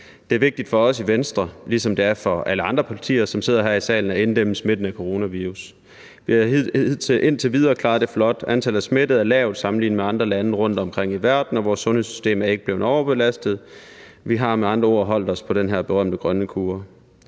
Det er vigtigt for os i Venstre, ligesom det er for alle andre partier, som sidder her i salen, at inddæmme smitten med coronavirus. Vi har indtil videre klaret det flot. Antallet af smittede er lavt sammenlignet med andre lande rundtomkring i verden, og vores sundhedssystem er ikke blevet overbelastet. Vi har med andre ord holdt os på den her berømte grønne kurve.